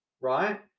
right